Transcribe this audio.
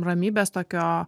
ramybės tokio